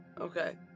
Okay